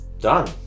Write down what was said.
Done